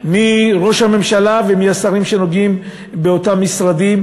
מראש הממשלה ומהשרים שנוגעים באותם משרדים,